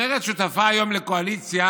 מרצ שותפה היום לקואליציה